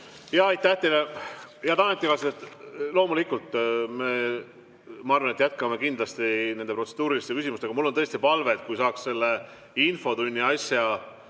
Aitäh teile! Head ametikaaslased! Loomulikult ma arvan, et jätkame kindlasti nende protseduuriliste küsimustega. Mul on tõesti palve, et kui saaks selle infotunni asja